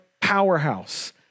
powerhouse